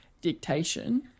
dictation